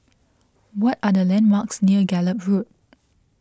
what are the landmarks near Gallop Road